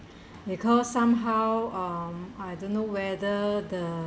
because somehow um I don't know whether the